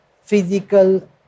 physical